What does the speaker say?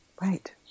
Right